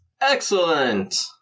Excellent